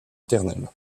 éternelle